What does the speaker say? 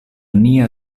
nia